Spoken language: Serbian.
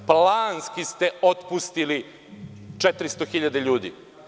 Planski ste otpustili 400.000 ljudi.